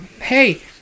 Hey